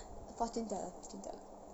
fortune teller fortune teller